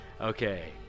Okay